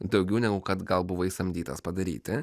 daugiau negu kad gal buvai samdytas padaryti